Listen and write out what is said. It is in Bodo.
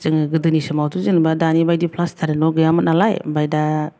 जोङो गोदोनि समावथ' जेनेबा दानि बायदि फ्लास्टारनि न' गैयामोन नालाय ओमफ्राय दा